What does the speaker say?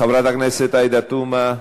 חברת הכנסת עאידה תומא,